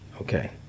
Okay